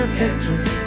picture